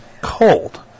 cold